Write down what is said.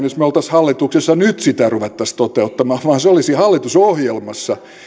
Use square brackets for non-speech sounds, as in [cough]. [unintelligible] jos me olisimme hallituksessa nyt sitä rupeaisi toteuttamaan vaan se olisi hallitusohjelmassa